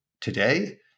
today